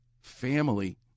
family